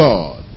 God